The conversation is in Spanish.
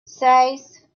seis